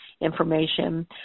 information